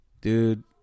Dude